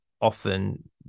often